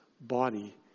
body